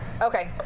Okay